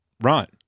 Right